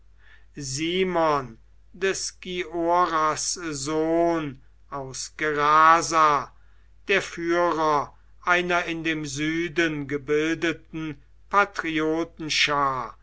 simon des gioras sohn aus gerasa der führer einer in dem süden gebildeten